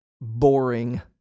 boring